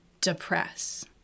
depress